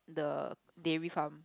the dairy farm